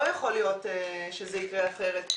לא יכול להיות שזה יקרה אחרת.